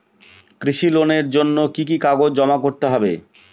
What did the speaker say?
কৃষি লোনের জন্য কি কি কাগজ জমা করতে হবে?